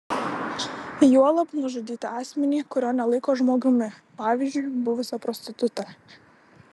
juolab nužudyti asmenį kurio nelaiko žmogumi pavyzdžiui buvusią prostitutę